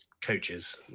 coaches